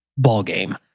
ballgame